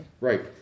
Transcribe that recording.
Right